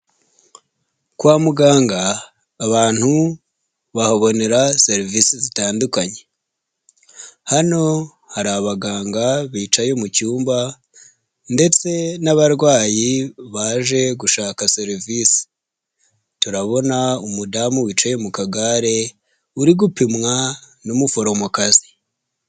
Kwa muganga, abantu bahabonera serivisi zitandukanye. Hano hari abaganga bicaye mu cyumba ndetse n'abarwayi baje gushaka serivisi. Turabona umudamu wicaye mu kagare uri gupimwa n'umuforomokazi.